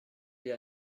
l’ai